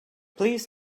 please